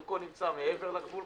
חלקו נמצא מעבר לגבול,